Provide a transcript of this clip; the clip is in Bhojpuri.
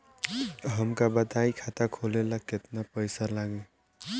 हमका बताई खाता खोले ला केतना पईसा लागी?